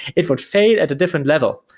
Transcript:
it would fail at a different level.